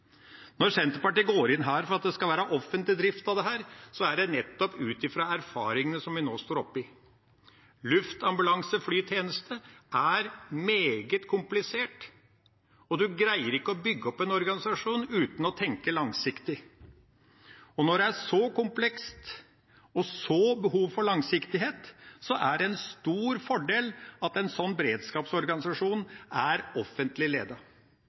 Når Senterpartiet her går inn for at det skal være offentlig drift av dette, er det nettopp ut fra erfaringene som vi nå står oppe i. Luftambulanseflytjeneste er meget komplisert, og en greier ikke å bygge opp en organisasjon uten å tenke langsiktig. Når det er så komplekst og et så stort behov for langsiktighet, er det en stor fordel at en slik beredskapsorganisasjon er offentlig